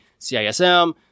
CISM